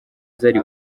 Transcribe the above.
zari